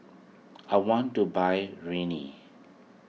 I want to buy Rene